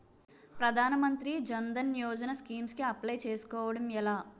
ప్రధాన మంత్రి జన్ ధన్ యోజన స్కీమ్స్ కి అప్లయ్ చేసుకోవడం ఎలా?